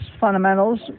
fundamentals